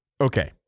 Okay